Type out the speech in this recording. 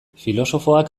filosofoak